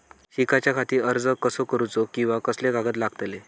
शिकाच्याखाती कर्ज अर्ज कसो करुचो कीवा कसले कागद लागतले?